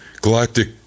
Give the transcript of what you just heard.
Galactic